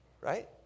right